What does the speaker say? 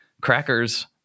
crackers